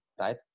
right